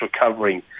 recovering